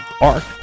arc